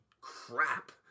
crap